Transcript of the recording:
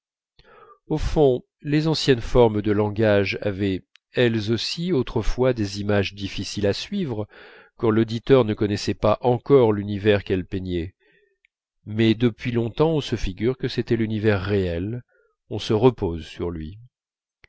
au fond les anciennes formes de langage avaient été elles aussi autrefois des images difficiles à suivre quand l'auditeur ne connaissait pas encore l'univers qu'elles peignaient mais depuis longtemps on se figure que c'était l'univers réel on se repose sur lui